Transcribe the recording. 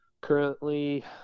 currently